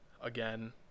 again